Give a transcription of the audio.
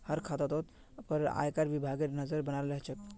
हर खातातोत पर आयकर विभागेर नज़र बनाल रह छे